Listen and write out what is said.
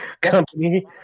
company